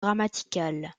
grammaticales